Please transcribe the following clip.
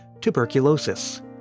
tuberculosis